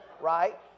Right